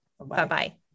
Bye-bye